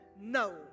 No